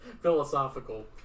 philosophical